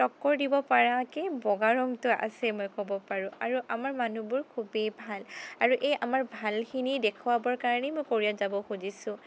টক্কৰ দিব পৰাকে বগা ৰঙটো আছে মই ক'ব পাৰোঁ আৰু আমাৰ মানুহবোৰ খুবেই ভাল আৰুএই আমাৰ ভালখিনি দেখুৱাবৰ কাৰণেই মই কোৰিয়াত যাব খুজিছোঁ